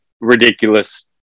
ridiculous